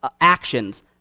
actions